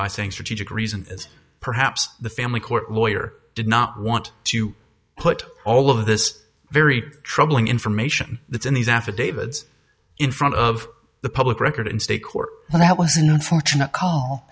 by saying strategic reason is perhaps the family court lawyer did not want to put all of this very troubling information that's in these affidavits in front of the public record in state court and that was unfortunate